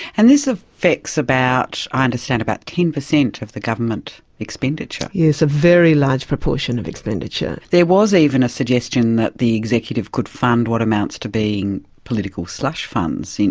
and this affects about. i understand about ten per cent of the government expenditure? yes, a very large proportion of expenditure. there was even a suggestion that the executive could fund what amounts to being political slush funds, and